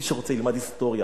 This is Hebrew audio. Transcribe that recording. מי שרוצה ילמד היסטוריה.